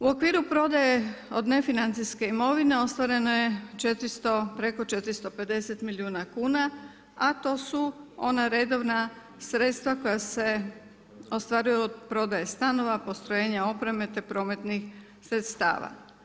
U okviru prodaje od nefinancijske imovine, ostvareno je preko 450 milijuna kuna, a to su ona redovna sredstva koja se ostvaruju od prodaje stanova, postrojenje opreme, te prometnih sredstva.